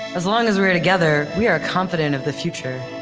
as long as we are together, we are confident of the future.